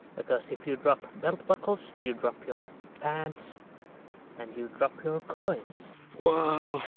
because if you drop belt buckles you drop your pants and you drop your coins wow!